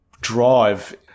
drive